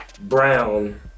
Brown